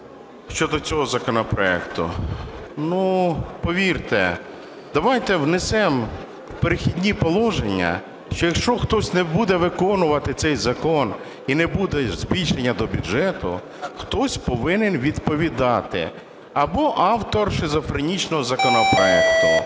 щодо цього законопроекту. Ну повірте, давайте внесемо в "Перехідні положення", що якщо хтось не буде виконувати цей закон і не буде збільшення до бюджету, хтось повинен відповідати: або автор шизофренічного законопроекту,